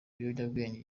ikiyobyabwenge